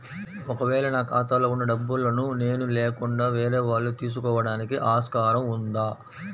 ఒక వేళ నా ఖాతాలో వున్న డబ్బులను నేను లేకుండా వేరే వాళ్ళు తీసుకోవడానికి ఆస్కారం ఉందా?